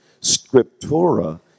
Scriptura